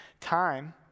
time